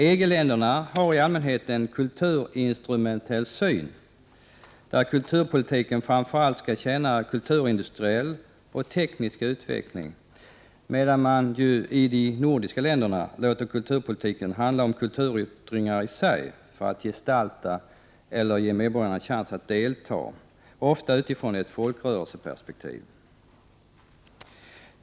EG-länderna har i allmänhet en kulturinstrumentell syn, där kulturpolitiken framför allt skall tjäna kulturindustriell och teknisk utveckling, medan man i de nordiska länderna låter kulturpolitiken handla om kulturyttringar i sig. Det kan röra sig om gestaltningar eller om att medborgarna själva får chans att delta, vilket ofta sker utifrån ett folkrörelseperspektiv.